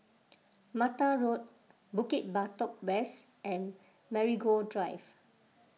Mata Road Bukit Batok West and Marigold Drive